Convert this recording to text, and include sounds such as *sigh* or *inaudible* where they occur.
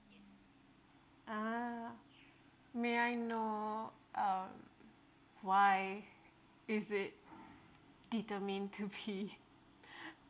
ah may I know um why is it determined to be *laughs*